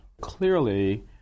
Clearly